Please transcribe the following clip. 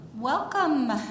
Welcome